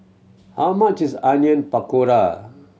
how much is Onion Pakora